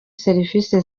serivisi